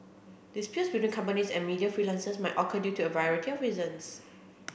disputes between companies and media freelancers might occur due to a variety of reasons